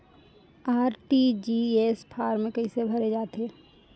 RTGS form कइसे भरे जाथे?